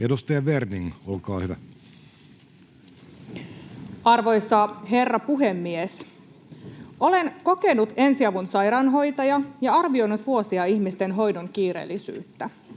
Content: Arvoisa herra puhemies! Olen kokenut ensiavun sairaanhoitaja ja arvioinut vuosia ihmisten hoidon kiireellisyyttä.